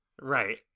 Right